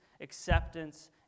acceptance